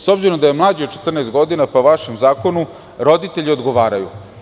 S obzirom da je mlađi od 14 godina, po vašem zakonu, roditelji odgovaraju.